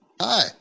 Hi